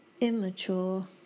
immature